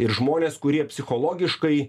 ir žmonės kurie psichologiškai